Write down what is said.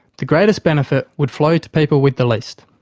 the greatest benefit would flow to people with the least.